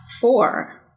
Four